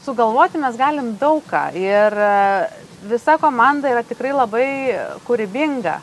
sugalvoti mes galim daug ką ir visa komanda yra tikrai labai kūrybinga